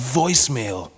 voicemail